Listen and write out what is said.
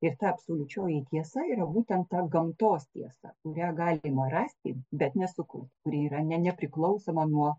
ir absoliučioji tiesa yra būtent ta gamtos tiesa kurią galima rasti bet nesukur kuri yra na nepriklausoma nuo